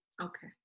Okay